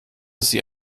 sie